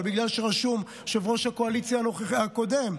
אבל בגלל שרשום יושב-ראש הקואליציה הקודם,